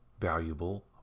valuable